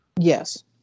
Yes